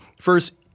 first